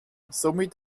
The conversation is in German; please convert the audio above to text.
somit